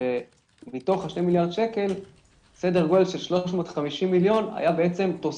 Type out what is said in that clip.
שמתוכם סדר גודל של 350 מיליון היה תוספת